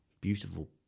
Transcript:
beautiful